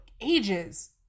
ages